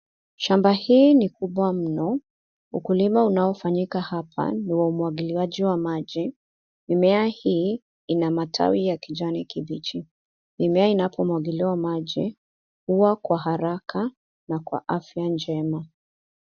Shamba hii ni kubwa mno, ukulima unaofanyika hapa ni WA umwagiliwaji wa maji. Mimea hii Ina matawi ya kijani kibichi. Mimea inapomwagiliwa maji hua kwa haraka na kwa afya njema.